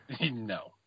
No